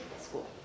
school